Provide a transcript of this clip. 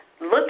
look